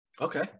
Okay